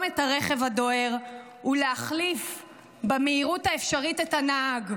את הרכב הדוהר ולהחליף במהירות האפשרית את הנהג.